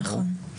נכון.